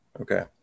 Okay